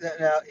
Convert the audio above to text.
Now